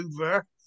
over